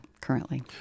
currently